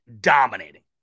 dominating